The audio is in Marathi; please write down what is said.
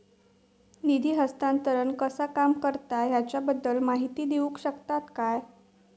निधी हस्तांतरण कसा काम करता ह्याच्या बद्दल माहिती दिउक शकतात काय?